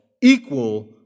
equal